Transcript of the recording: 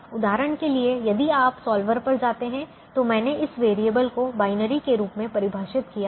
उदाहरण के लिए यदि आप सॉल्वर पर जाते हैं तो मैंने इन वेरिएबल को बाइनरी के रूप में परिभाषित किया है